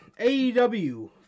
AEW